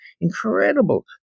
incredible